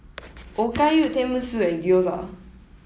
Okayu Tenmusu and Gyoza